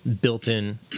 built-in